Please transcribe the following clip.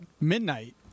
Midnight